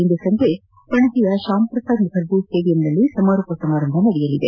ಇಂದು ಸಂಜೆ ಪಣಜಿಯ ಶ್ಕಾಂಪ್ರಸಾದ್ ಮುಖರ್ಜಿ ಸ್ವೇಡಿಯಂನಲ್ಲಿ ಸಮಾರೋಪ ಸಮಾರಂಭ ನಡೆಯಲಿದೆ